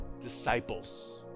disciples